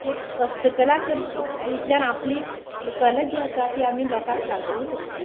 तें हस्तकला करची इतल्यान आपली कला जी आसा ती आमी लोकांक दाखवू शकतात